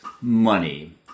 money